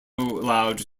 allowed